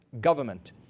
government